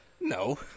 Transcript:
No